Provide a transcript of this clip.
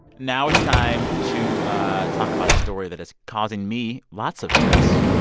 now it's time to ah talk about a story that is causing me lots of stress.